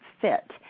fit